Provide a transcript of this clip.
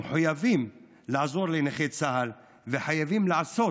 מחויבים לעזור לנכי צה"ל וחייבים לעשות